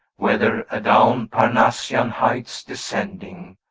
whether adown parnassian heights descending,